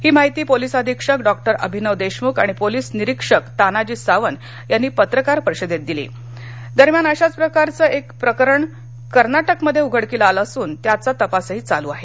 ही माहिती पोलीस अधीक्षक डॉक्टर अभिनव देशमुख आणि पोलीस निरीक्षक तानाजी सावंत यांनीपत्रकार परिषदेत दिली दरम्यान अशाच प्रकारचे एक प्रकरण कर्नाटकमध्ये उघडकीला आलं असून त्याचं तपास चालू आहे